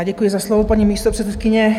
Já děkuji za slovo, paní místopředsedkyně.